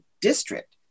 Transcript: district